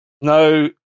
No